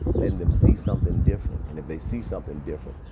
letting them see something different, and if they see something different,